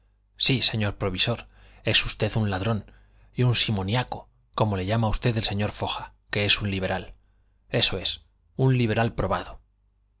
sí señor provisor es usted un ladrón y un simoniaco como le llama a usted el señor foja que es un liberal eso es un liberal probado